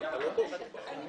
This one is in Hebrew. דבריי